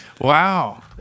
Wow